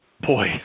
boy